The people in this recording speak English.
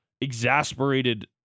exasperated